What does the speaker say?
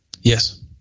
Yes